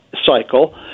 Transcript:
cycle